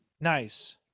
nice